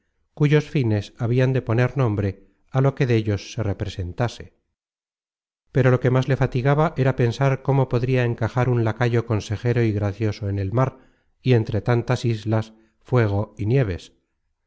cuyos fines habian de poner nombre a lo que dellos se representase pero lo que más le fatigaba era pensar cómo podria encajar un lacayo consejero y gracioso en el mar y entre tantas islas fuego y nieves